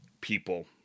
people